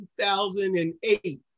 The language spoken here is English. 2008